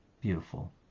beautiful